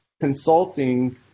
consulting